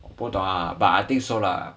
我不懂 ah but I think so lah